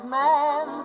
man